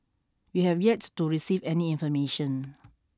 we have yet to receive any information